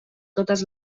totes